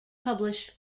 published